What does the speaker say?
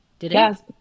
Yes